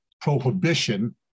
prohibition